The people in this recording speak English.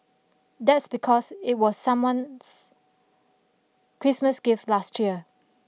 that's because it was someone's Christmas gift last year